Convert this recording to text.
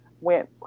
went